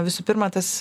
visų pirma tas